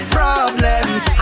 problems